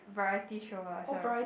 variety show ah